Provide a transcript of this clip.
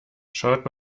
schaut